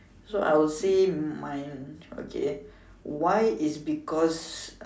so I will say mind okay why is because